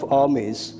armies